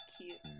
cute